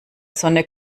sonne